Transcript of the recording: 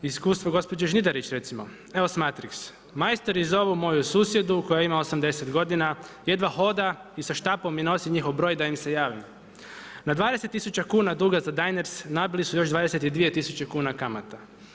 Iskustvo gospođe Žnjidarić redimo, EOS Matrix, „Majstori zovu moju susjedu koja ima 80 godina, jedva hoda i sa štapom mi nosi njihov broj da im se javim.“ „Na 20 tisuća kuna duga za Diners nabili su još 22 tisuće kuna kamata.